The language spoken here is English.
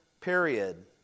period